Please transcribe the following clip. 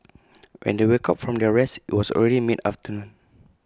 when they woke up from their rest IT was already mid afternoon